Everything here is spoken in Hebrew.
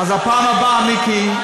אז בפעם הבאה, מיקי,